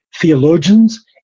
theologians